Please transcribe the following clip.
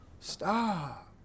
Stop